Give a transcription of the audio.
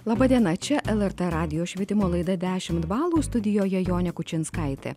laba diena čia lrt radijo švietimo laida dešimt balų studijoje jonė kučinskaitė